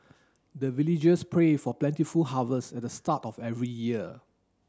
the villagers pray for plentiful harvest at the start of every year